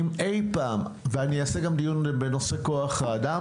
אם איי פעם ואני אעשה גם דיון בנושא כוח האדם,